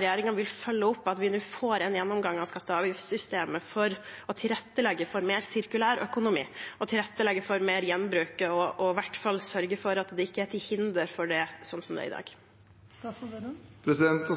regjeringen vil følge opp, og at vi nå får en gjennomgang av skatte- og avgiftssystemet for å tilrettelegge for mer sirkulærøkonomi og tilrettelegge for mer gjenbruk, og i hvert fall sørge for at det ikke er til hinder for det, slik det er i